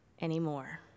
anymore